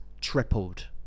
tripled